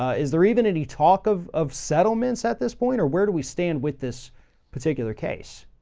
ah is there even any talk of, of settlements at this point? or where do we stand with this particular case?